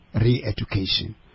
re-education